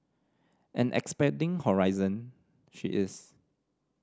and expanding horizon she is